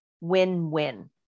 win-win